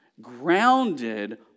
grounded